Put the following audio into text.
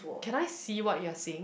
can I see what you are seeing